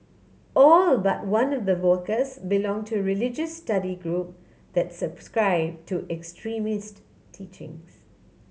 all but one of the workers belong to religious study group that subscribe to extremist teachings